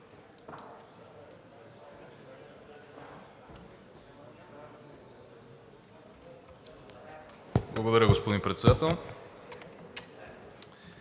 Благодаря, господин Председател.